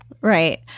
Right